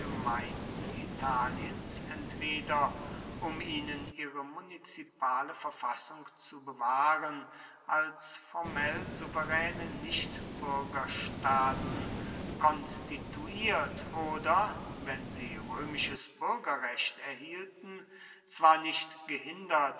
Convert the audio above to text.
gemeinden italiens entweder um ihnen ihre munizipale verfassung zu bewahren als formell souveräne nichtbürgerstaaten konstituiert oder wenn sie römisches bürgerrecht erhielten zwar nicht gehindert